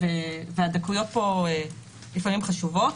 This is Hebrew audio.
והדקויות פה לפעמים חשובות.